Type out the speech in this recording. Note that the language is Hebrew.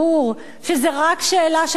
שזאת רק שאלה של מחיר?